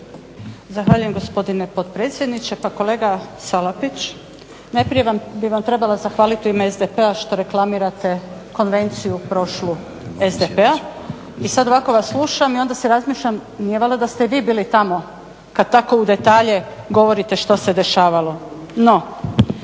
Zahvaljujem gospodine potpredsjedniče. Pa kolega Salapić, najprije bi vam trebala zahvaliti u ime SDP-a što reklamirate konvenciju prošlu SDP-a i sada ovako vas slušam i onda si razmišljam, nije valjda da ste i vi bili tamo kada tako u detalje govorite što se dešavalo.